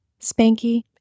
Spanky